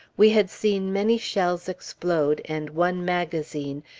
we had seen many shells explode, and one magazine,